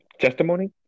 testimony